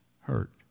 hurt